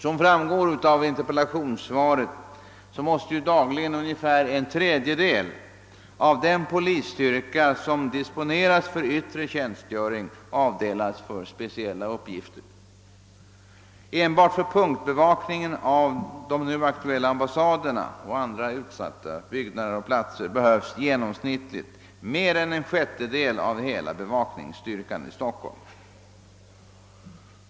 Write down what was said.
Som framgår av interpellationssvaret måste dagligen ungefär en tredjedel av den polisstyrka, som disponeras för yttre tjänstgöring, avdelas för speciella uppgifter. Enbart för punktbevakning av de nu aktuella ambassaderna och andra utsatta byggnader och platser behövs genomsnittligt mer än en sjättedel av hela bevakningsstyrkan i Stockholm.